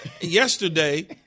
yesterday